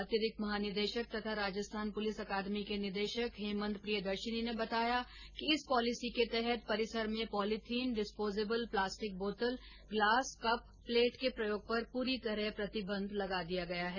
अतिरिक्त महानिदेशक तथा राजस्थान पुलिस अकादमी के निदेशक हेमन्त प्रियदर्शी ने बताया कि इस पॉलिसी के तहत परिसर में पॉलीथीन डिस्पोजेबल प्लास्टिक बोतल गलास कप प्लेट के प्रयोग पर पूरी तरह प्रतिबंध लगा दिया गया है